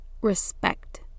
respect